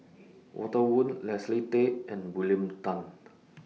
Walter Woon Leslie Tay and William Tan